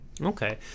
Okay